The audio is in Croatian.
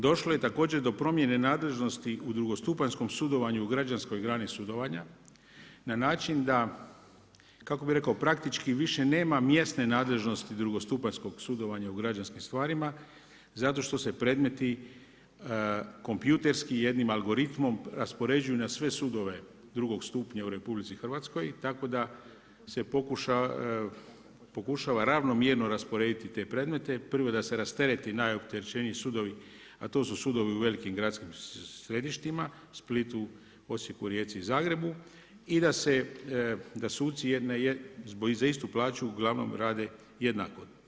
Došlo je također do promjene nadležnosti u drugostupanjskom sudovanju u građanskoj grani sudovanja na način da kako bih rekao praktički više nema mjesne nadležnosti drugostupanjskog sudovanja u građanskim stvarima zato što se predmeti kompjutorski jednim algoritmom raspoređuju na sve sudove drugog stupnja u RH tako da se pokušava ravnomjerno rasporediti te predmete, prvo da se rasterete najopterećeniji sudovi a to su sudovi u velikim gradskim središtima, Splitu, Osijeku, Rijeci i Zagrebu i da suci za istu plaću uglavnom rade jednako.